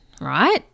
right